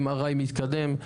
MRI מתקדם,